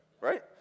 right